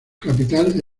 capital